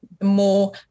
more